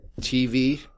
TV